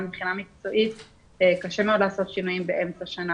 מבחינה מקצועית קשה מאוד לעשות שינויים באמצע שנה,